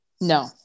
No